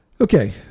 Okay